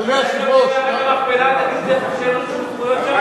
אולי גם במערת המכפלה תגיד שאין לנו שום זכויות?